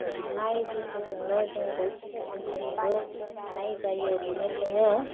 मोननाय गोहोजोंनो जों बयखौबो अनसायनोबो हानाय जायो बिनिखायनो